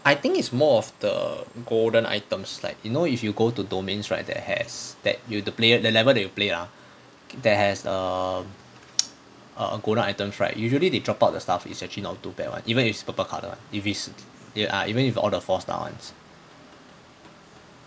I think it's more of the golden items like you know if you go to domains right that had that you that the level you play ah that has a err golden items right usually they drop out the stuffs is actually not too bad [one] even if it's purple colour [one] if it's eh ah even if it's all the four stars [one]